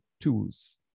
tools